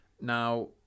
Now